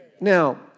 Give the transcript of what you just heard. Now